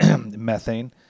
methane